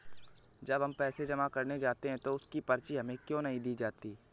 जब हम पैसे जमा करने जाते हैं तो उसकी पर्ची हमें क्यो नहीं दी जाती है?